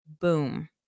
Boom